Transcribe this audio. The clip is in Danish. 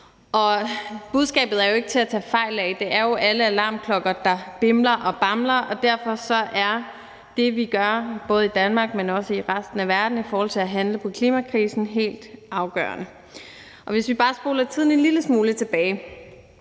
Budskabet er jo ikke til at tage fejl af. Det er jo alle alarmklokker, der bimler og bamler, og derfor er det, vi gør, både i Danmark, men også i resten af verden, i forhold til at handle på klimakrisen, helt afgørende. Og hvis vi bare spoler tiden en lille smule tilbage,